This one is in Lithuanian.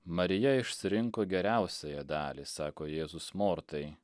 marija išsirinko geriausiąją dalį sako jėzus mortai